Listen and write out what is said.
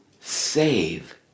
save